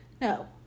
No